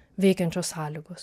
veikiančios sąlygos